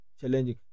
challenging